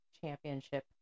championship